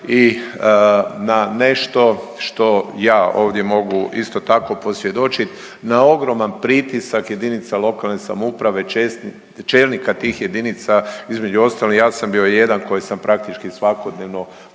i na nešto što ja ovdje mogu isto tako posvjedočit na ogroman pritisak jedinica lokalne samouprave, čelnika tih jedinica. Između ostalog ja sam bio jedan koji sam praktički svakodnevno